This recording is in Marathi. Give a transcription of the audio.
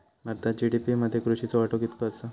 भारतात जी.डी.पी मध्ये कृषीचो वाटो कितको आसा?